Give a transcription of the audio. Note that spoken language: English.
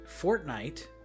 fortnite